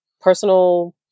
personal